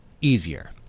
easier